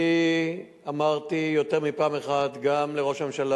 אני אמרתי יותר מפעם אחת, גם לראש הממשלה